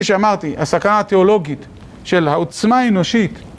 כפי שאמרתי, הסקה תיאולוגית של העוצמה האנושית